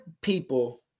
people